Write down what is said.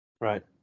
Right